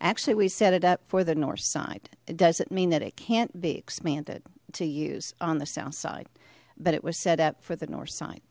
actually we set it up for the north side it doesn't mean that it can't be expanded to use on the south side but it was set up for the north side